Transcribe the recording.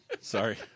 Sorry